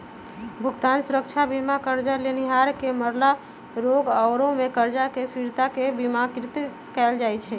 भुगतान सुरक्षा बीमा करजा लेनिहार के मरला, रोग आउरो में करजा के फिरता के बिमाकृत कयल जाइ छइ